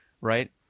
right